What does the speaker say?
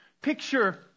Picture